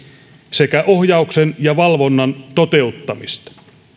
sekä ohjauksen ja valvonnan toteuttamista